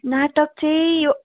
नाटक चाहिँ यो